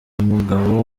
umugabo